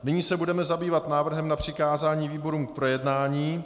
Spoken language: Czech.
Nyní se budeme zabývat návrhem na přikázání výborům k projednání.